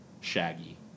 Shaggy